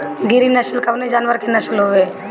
गिरी नश्ल कवने जानवर के नस्ल हयुवे?